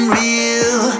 real